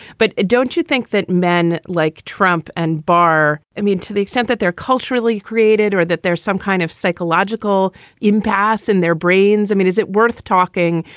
but don't you think that men like trump and barr, i mean, to the extent that they're culturally created or that there's some kind of psychological impact in their brains? i mean, is it worth talking,